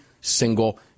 single